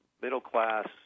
middle-class